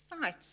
sight